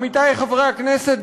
עמיתי חברי הכנסת,